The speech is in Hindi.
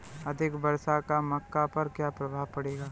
अधिक वर्षा का मक्का पर क्या प्रभाव पड़ेगा?